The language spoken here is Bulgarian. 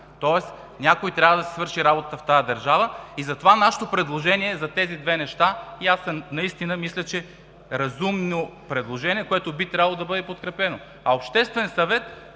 Тоест някой трябва да си свърши работата в тази държава. Затова нашето предложение е за тези две неща и аз наистина мисля, че предложението е разумно и би трябвало да бъде подкрепено. А обществен съвет